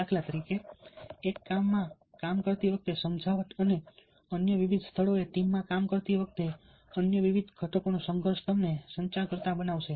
દાખલા તરીકે એકમાં કામ કરતી વખતે સમજાવટ અને અન્ય વિવિધ સ્થળોએ ટીમમાં કામ કરતી વખતે અન્ય વિવિધ ઘટકોનો સંઘર્ષ તમને સંચાર કરતા બનાવે છે